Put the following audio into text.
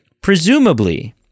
presumably